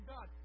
God